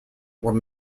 were